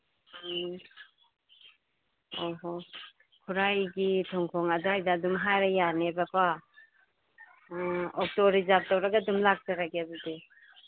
ꯎꯝ ꯑꯣ ꯑꯣ ꯈꯨꯔꯥꯏꯒꯤ ꯊꯣꯡꯈꯣꯡ ꯑꯗꯨꯋꯥꯏꯗ ꯑꯗꯨꯝ ꯍꯥꯏꯔꯒ ꯌꯥꯒꯅꯦꯕꯀꯣ ꯑꯣꯇꯣ ꯔꯤꯖꯥꯞ ꯇꯧꯔꯒ ꯑꯗꯨꯝ ꯂꯥꯛꯆꯔꯒꯦ ꯑꯗꯨꯗꯤ